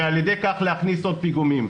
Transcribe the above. ועל ידי כך להכניס עוד פיגומים.